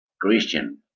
Christian